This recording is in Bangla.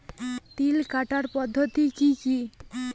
তিল কাটার পদ্ধতি কি কি?